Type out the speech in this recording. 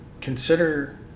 consider